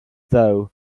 though